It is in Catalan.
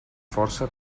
força